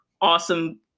awesome